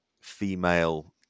female